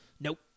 Nope